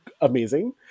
amazing